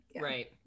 right